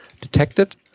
detected